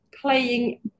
playing